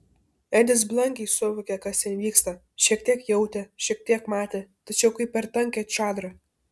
edis blankiai suvokė kas ten vyksta šiek tiek jautė šiek tiek matė tačiau kaip per tankią čadrą